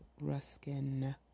Ruskin